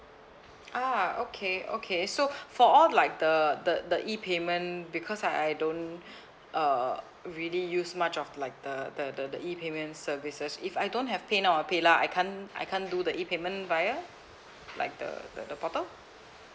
ah okay okay so for all like the the the E payment because I I don't uh really use much of like the the the E payment services if I don't have paynow or paylah I can't I can't do the E payment via like the the portal